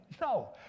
No